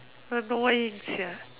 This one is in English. annoying sia